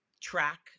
track